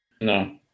No